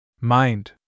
Mind